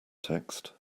text